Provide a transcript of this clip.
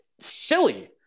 silly